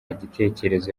gitekerezo